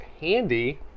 handy